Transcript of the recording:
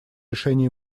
решения